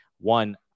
one